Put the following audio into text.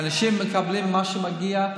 שאנשים מקבלים מה שמגיע,